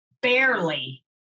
barely